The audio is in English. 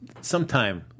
sometime